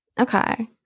Okay